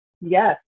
Yes